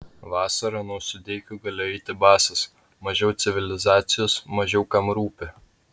vasarą nuo sudeikių galiu eiti basas mažiau civilizacijos mažiau kam rūpi